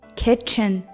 kitchen